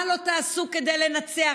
מה לא תעשו כדי לנצח,